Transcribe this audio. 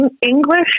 English